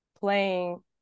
playing